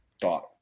thought